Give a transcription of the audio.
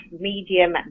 Medium